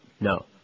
No